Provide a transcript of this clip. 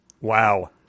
Wow